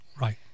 right